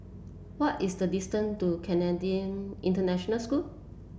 what is the distance to Canadian International School